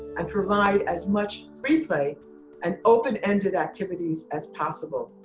and provide as much free play and open-ended activities as possible.